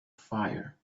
fire